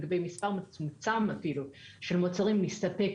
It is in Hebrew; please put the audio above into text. לגבי מוצר מצומצם אפילו של מוצרים נסתפק